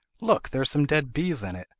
look! there are some dead bees in it!